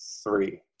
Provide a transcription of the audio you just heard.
Three